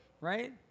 Right